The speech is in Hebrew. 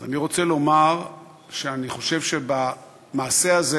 אז אני רוצה לומר שאני חושב שבמעשה הזה,